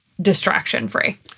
distraction-free